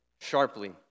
sharply